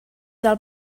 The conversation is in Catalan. del